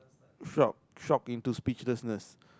shock shock into speechlessness